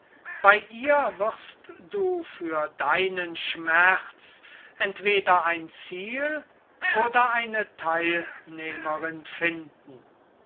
bei ihr wirst du für deinen schmerz entweder ein ziel oder eine theilnehmerin finden